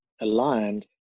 aligned